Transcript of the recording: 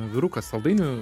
vyruką saldainių